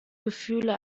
gefühle